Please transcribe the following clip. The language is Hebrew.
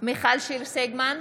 מיכל שיר סגמן,